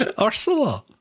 Ursula